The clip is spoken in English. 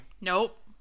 Nope